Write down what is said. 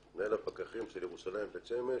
מתי ייסעו כולם בחינם?